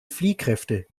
fliehkräfte